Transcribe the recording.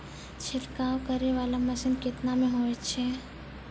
छिड़काव करै वाला मसीन केतना मे होय छै?